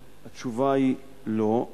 התשובה היא: לא.